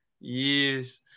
Yes